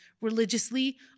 religiously